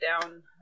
down